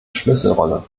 schlüsselrolle